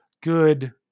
good